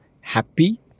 happy